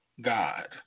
God